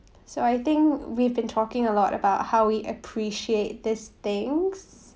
so I think we've been talking a lot about how we appreciate these things